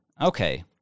okay